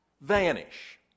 vanish